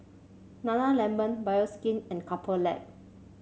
nana lemon Bioskin and Couple Lab